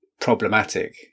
problematic